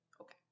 Okay